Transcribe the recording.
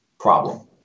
Problem